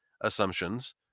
assumptions